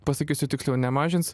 pasakysiu tiksliau nemažins